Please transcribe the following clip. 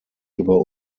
über